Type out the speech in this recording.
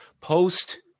post